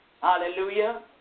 Hallelujah